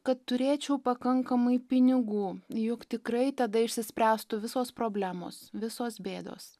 kad turėčiau pakankamai pinigų juk tikrai tada išsispręstų visos problemos visos bėdos